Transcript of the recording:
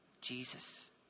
Jesus